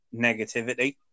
negativity